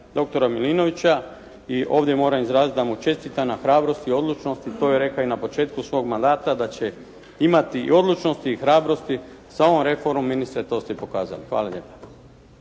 doktora Milinovića i ovdje moram izraziti da mu čestitam na hrabrosti, odlučnosti. To je rekao i na početku svog mandata da će imati i odlučnosti i hrabrosti. S ovom reformom ministre, to ste i pokazali. Hvala lijepa.